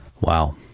wow